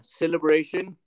celebration